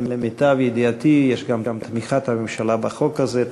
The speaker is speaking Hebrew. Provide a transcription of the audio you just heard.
למיטב ידיעתי יש תמיכת הממשלה בחוק הזה.